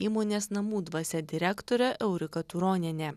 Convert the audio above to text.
įmonės namų dvasia direktorė eurika turonienė